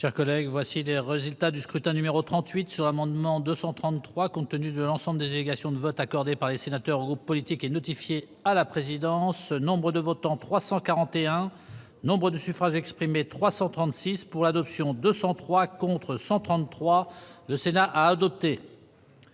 chers collègues, voici le résultat du scrutin numéro 39 sur l'amendement 230 2 compte tenu de l'ensemble des délégations de vote accordé par les sénateurs du groupe politique et notifié à la présidence, le nombre de votants 330 nombre de suffrages exprimés 329 pour l'adoption 189 contre 140 le Sénat a adopté.